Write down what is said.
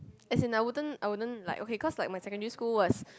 as in I wouldn't